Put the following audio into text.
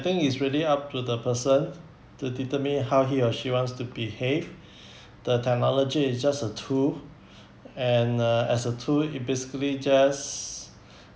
think it's really up to the person to determine how he or she wants to behave the technology is just a tool and uh as a tool it basically just